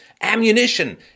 ammunition